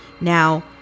Now